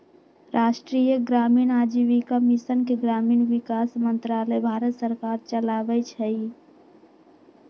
राष्ट्रीय ग्रामीण आजीविका मिशन के ग्रामीण विकास मंत्रालय भारत सरकार चलाबै छइ